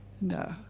no